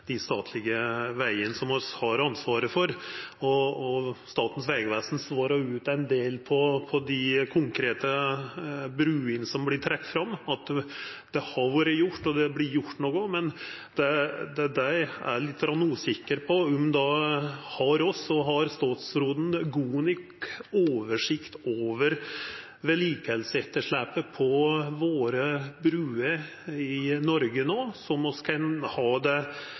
dei statlege vegane som vi har ansvaret for. Statens vegvesen svarer ut ein del av dei konkrete bruene som vert trekte fram, at det har vore gjort og vert gjort noko, men eg er lite grann usikker på om vi og statsråden har god nok oversikt over vedlikehaldsetterslepet på bruene våre i Noreg no, slik at vi kan ha